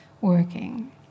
working